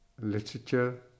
literature